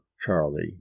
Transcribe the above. Charlie